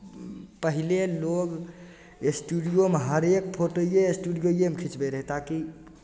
पहिले लोक स्टूडियोमे हरेक फोटोये स्टूडियोएमे खिचबैत रहै ताकि